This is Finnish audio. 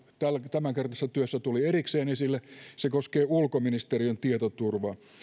tämänkertaisessa työssä tuli erikseen esille se koskee ulkoministeriön tietoturvaa